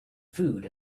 food